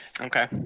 Okay